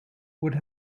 would